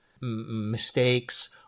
mistakes